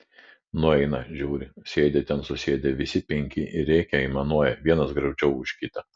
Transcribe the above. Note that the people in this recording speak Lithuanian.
nueina žiūri sėdi ten susėdę visi penki ir rėkia aimanuoja vienas graudžiau už kitą